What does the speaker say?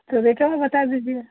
तओ बेटे का बता दीजीए